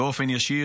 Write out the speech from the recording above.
באופן ישיר.